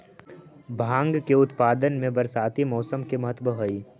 भाँग के उत्पादन में बरसाती मौसम के महत्त्व हई